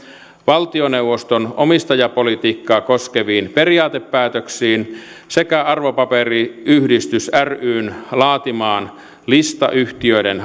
valtioneuvoston omistajapolitiikkaa koskeviin periaatepäätöksiin sekä arvopaperiyhdistys ryn laatimaan listayhtiöiden